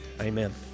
amen